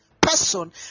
person